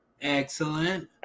Excellent